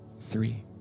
three